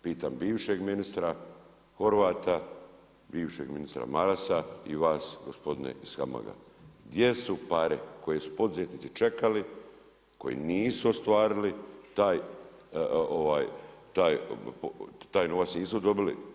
Pitam bivšeg ministra Horvata, bivšeg ministra Marasa i vas gospodine ih HAMAG-a gdje su pare koji su poduzetnici čekali, koji nisu ostvarili taj novac nisu dobili.